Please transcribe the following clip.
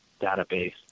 database